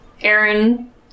Aaron